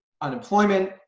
unemployment